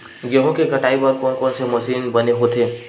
गेहूं के कटाई बर कोन कोन से मशीन बने होथे?